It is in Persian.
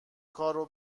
کارو